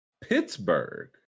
Pittsburgh